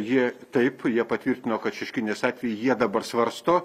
jie taip jie patvirtino kad šeškinės atvejį jie dabar svarsto